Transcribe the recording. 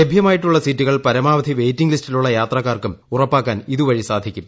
ലഭ്യമായിട്ടുള്ള സീറ്റുകൾ പരമാവധി വെയ്റ്റിംഗ് ലിസ്റ്റിലുളള യാത്രക്കാർക്കും ഉറപ്പാക്കാൻ ഇതുവഴി സാധിക്കും